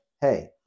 hey